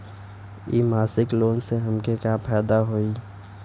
इ मासिक लोन से हमके का फायदा होई?